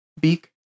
beak